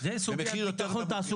במחיר אחר.